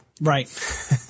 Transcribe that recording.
Right